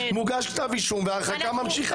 מוגש כתב אישום וההרחקה ממשיכה.